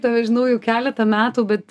tave žinau jau keletą metų bet